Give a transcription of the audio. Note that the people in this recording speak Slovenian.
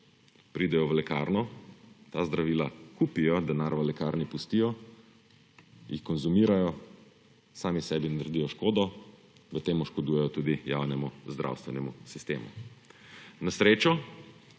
pridejo v lekarno, ta zdravila kupijo, denar v lekarni pustijo, jih konzumirajo, sami sebi naredijo škodo, s tem škodujejo tudi javnemu zdravstvenemu sistemu. Na srečo